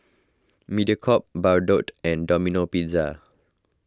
Mediacorp Bardot and Domino Pizza